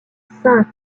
cinq